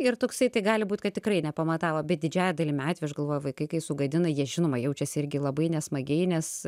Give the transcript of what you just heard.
ir toksai tai gali būt kad tikrai nepamatavo bet didžiąja dalimi atvejų aš galvoju vaikai kai sugadina jie žinoma jaučiasi irgi labai nesmagiai nes